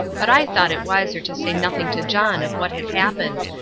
but i thought it wiser to say nothing to john of what had happened.